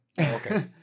Okay